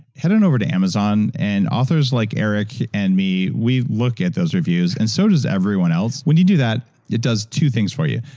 head on over to amazon and authors like eric and me, we look at those reviews and so does everyone else. when you do that, it does two things for you.